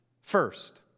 first